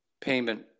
Payment